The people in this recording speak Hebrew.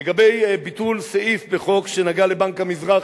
לגבי ביטול סעיף בחוק שנגע לבנק המזרחי.